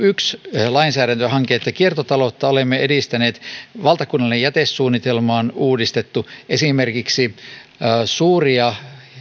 yksi lainsäädäntöhanke että kiertotaloutta olemme edistäneet valtakunnallinen jätesuunnitelma on uudistettu esimerkiksi suuria